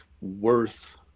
worth